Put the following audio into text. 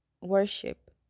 worship